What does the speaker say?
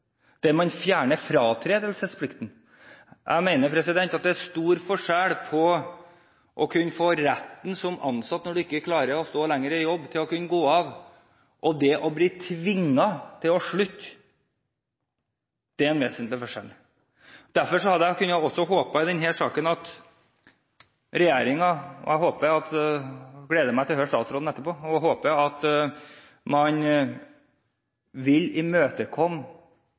der man fjerner fratredelsesplikten. Jeg mener at det er stor forskjell på å kunne få retten som ansatt til å kunne gå av når en ikke klarer stå lenger i jobb, og det å bli tvunget til å slutte. Det er en vesentlig forskjell. Derfor kunne jeg også i denne saken håpet at regjeringen – og jeg gleder meg til å høre statsråden etterpå – ville imøtekomme forslaget likevel, ved at